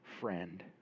friend